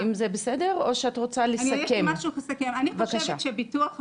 יש לי משהו לסכם, אני חושבת שביטוח לאומי,